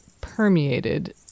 permeated